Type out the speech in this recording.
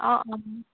অঁ অঁ